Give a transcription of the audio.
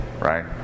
right